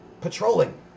patrolling